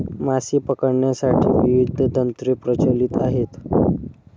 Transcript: मासे पकडण्यासाठी विविध तंत्रे प्रचलित आहेत